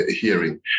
hearing